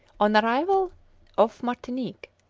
on arrival off martinique,